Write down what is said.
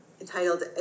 entitled